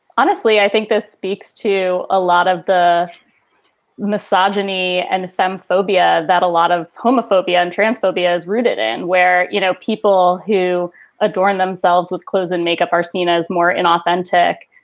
honestly, i think this speaks to a lot of the misogyny and some phobia that a lot of homophobia and transphobia is rooted in where, you know, people who adorn themselves with clothes and makeup are seen as more and authentic